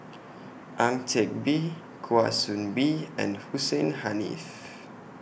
Ang Teck Bee Kwa Soon Bee and Hussein Haniff